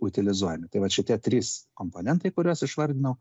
utilizuojami tai vat šitie trys komponentai kuriuos išvardinau